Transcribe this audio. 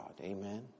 Amen